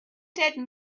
dead